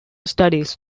studies